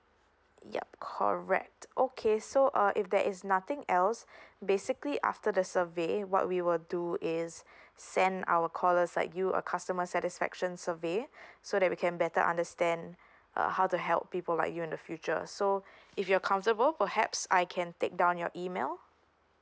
yup correct okay so uh if there is nothing else basically after the survey what we will do is send our callers like you a customer satisfaction survey so that we can better understand uh how to help people like you in the future so if you're comfortable perhaps I can take down your email